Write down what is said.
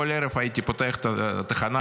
כל ערב הייתי פותח את התחנה.